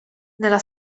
nella